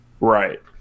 Right